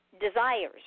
desires